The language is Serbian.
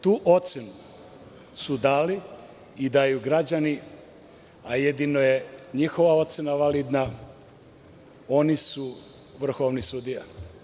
Tu ocenu su dali i daju građani, a jedino je njihova ocena validna, oni su vrhovni sudija.